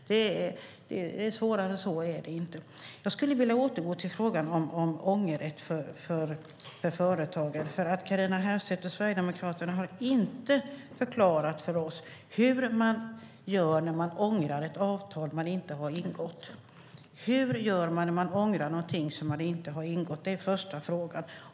Svårare än så är det inte. Jag skulle vilja återgå till frågan om ångerrätt för företagare. Carina Herrstedt och Sverigedemokraterna har inte förklarat för oss hur man gör när man ångrar ett avtal som man inte har ingått. Hur gör man när man ångrar något som man inte har ingått? Det är första frågan.